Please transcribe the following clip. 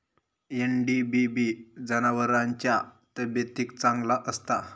NDBB जनावरांच्या तब्येतीक चांगला असता